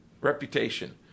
reputation